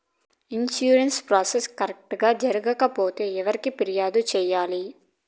insurance process correct గా జరగకపోతే ఎవరికి ఫిర్యాదు సేయాలి